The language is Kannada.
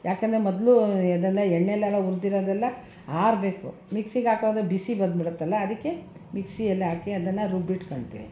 ಯಾಕೆಂದ್ರೆ ಮೊದಲು ಇದನ್ನು ಎಣ್ಣೆಯಲ್ಲೆಲ್ಲ ಹುರ್ದಿರೋದೆಲ್ಲ ಆರಬೇಕು ಮಿಕ್ಸಿಗೆ ಹಕುವಾಗ ಬಿಸಿ ಬಂದ್ಬಿಡುತ್ತಲ್ಲ ಅದಕ್ಕೆ ಮಿಕ್ಸಿಯಲ್ಲಿ ಹಾಕಿ ಅದನ್ನು ರುಬ್ಬಿಟ್ಕೊಳ್ತೀನಿ